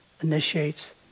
initiates